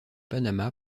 panama